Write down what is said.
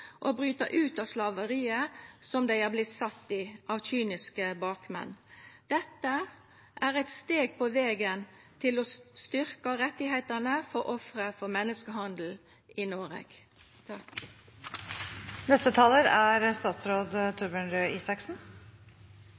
å bryta ut av slaveriet som dei har vorte sette i av kyniske bakmenn. Dette er eit steg på vegen til å styrkja rettane til offer for menneskehandel i Noreg.